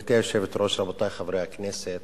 גברתי היושבת-ראש, רבותי חברי הכנסת,